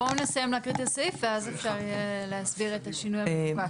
בואו נסיים להקריא את הסעיף ואז אפשר יהיה להסביר את השינוי המבוקש.